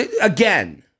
again